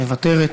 מוותרת.